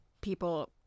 people